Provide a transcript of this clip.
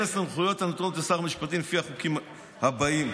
את הסמכויות הנתונות לשר המשפטים לפי החוקים הבאים: